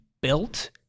built